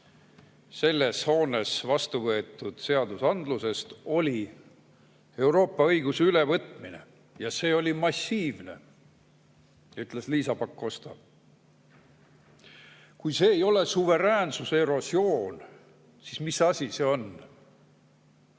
selles hoones vastu võetud seadustest oli Euroopa õiguse ülevõtmine. Ja see oli massiivne, nagu ütles Liisa Pakosta. Kui see ei ole suveräänsuse erosioon, siis mis asi see on?